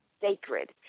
sacred